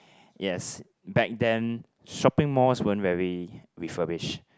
yes back then shopping malls won't very refurnish